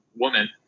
woman